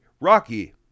Rocky